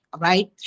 Right